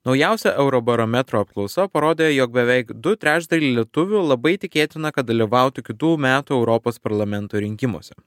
naujausia eurobarometro apklausa parodė jog beveik du trečdaliai lietuvių labai tikėtina kad dalyvautų kitų metų europos parlamento rinkimuose